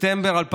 בספטמבר 2018,